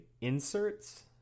inserts